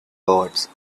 awards